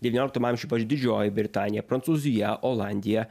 devynioliktam amžiui pavyzdžiui didžioji britanija prancūzija olandija